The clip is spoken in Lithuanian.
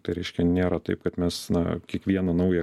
tai reiškia nėra taip kad mes na kiekvieną naują